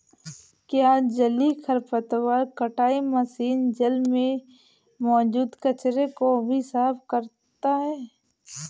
क्या जलीय खरपतवार कटाई मशीन जल में मौजूद कचरे को भी साफ करता है?